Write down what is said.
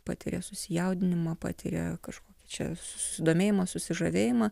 patiria susijaudinimą patiria kažkokį čia susidomėjimą susižavėjimą